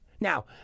Now